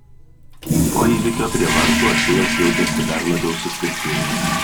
po įvykio prie vartų achilas jautėsi dar labiau sutvirtėjęs